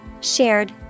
Shared